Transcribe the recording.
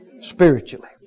spiritually